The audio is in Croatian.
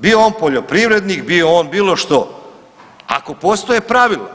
Bio on poljoprivrednik, bio on bilo što, ako postoje pravila,